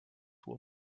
will